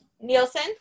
Nielsen